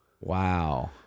Wow